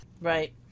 Right